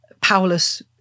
powerless